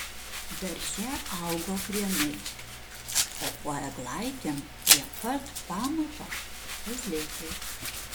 darže augo krienai o po eglaitėm prie pat pamato kazlėkai